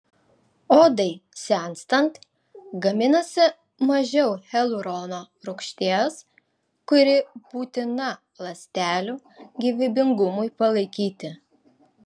odai senstant gaminasi mažiau hialurono rūgšties kuri būtina ląstelių gyvybingumui palaikyti